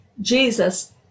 Jesus